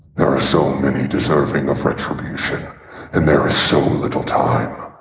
there are so many deserving of retribution and there is so little time.